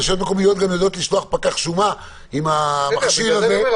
רשויות יודעות גם לשלוח פקח שומה עם המכשיר הזה.